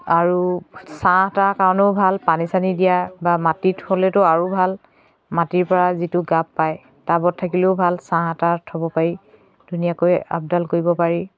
আৰু ছাঁ তাহ কাৰণেও ভাল পানী চানী দিয়া বা মাটিত হ'লেতো আৰু ভাল মাটিৰ পৰা যিটো গাপ পায় টাবত থাকিলেও ভাল ছাঁ তাঁত থ'ব পাৰি ধুনীয়াকৈ আপদাল কৰিব পাৰি